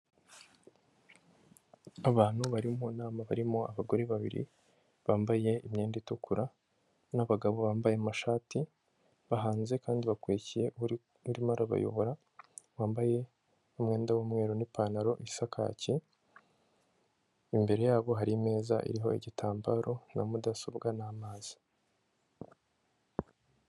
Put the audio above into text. Abantu bari mu nama barimo abagore babiri bambaye imyenda itukura n'abagabo bambaye amashati, bahanze kandi bakurikiye urimo arabayobora, bambaye umwenda w'umweru n'ipantaro isa kake, imbere yabo hari imeza iriho igitambaro na mudasobwa n'amazi.